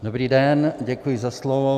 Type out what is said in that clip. Dobrý den, děkuji za slovo.